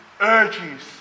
urges